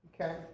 Okay